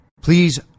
Please